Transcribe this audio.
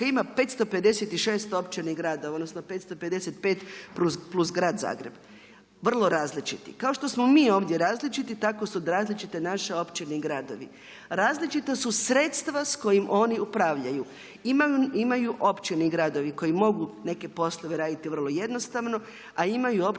ima 556 općina i gradova, odnosno 555 plus grad Zagreb vrlo različiti. Kao što smo mi ovdje različiti, tako su različite naše općine i gradovi. Različita su sredstva s kojim oni upravljaju. Imaju općine i gradovi koji mogu neke poslove raditi vrlo jednostavno, a imaju općine i gradovi